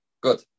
Good